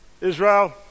Israel